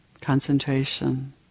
concentration